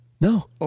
No